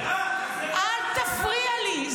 מירב, זה כל מה --- אל תפריע לי.